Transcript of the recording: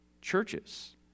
churches